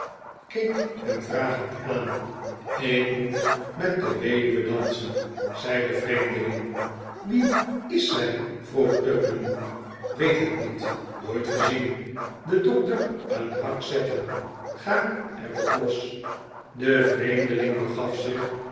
keek hem vragend aan ik moet met de weduwe dansen zei de vreemdeling wie is zij vroeg tupman weet het niet nooit gezien den dokter een hak zetten ga er op los de vreemdeling begaf zich